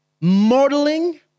modeling